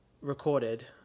recorded